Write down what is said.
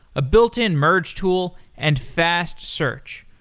a built-in merge tool, and fast search.